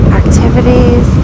activities